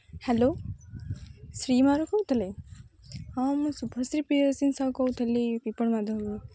hello ଶ୍ରୀମାରୁ କହୁଥିଲେ ହଁ ମୁଁ ଶୁଭଶ୍ରୀ ପ୍ରିୟଦର୍ଶିନୀ ସାହୁ କହୁଥିଲି ପିପଳ ମାଧବରୁ